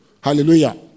hallelujah